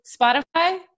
Spotify